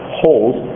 holes